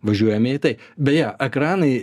važiuojame į tai beje ekranai